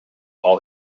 all